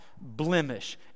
blemish